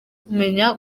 kumenya